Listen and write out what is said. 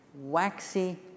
waxy